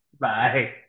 Bye